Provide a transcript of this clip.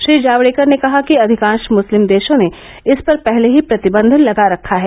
श्री जावड़ेकर ने कहा कि अधिकांश मुस्लिम देशों ने इस पर पहले ही प्रतिबंध लगा रखा है